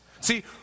See